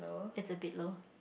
that's a bit low